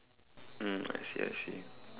mm I see I see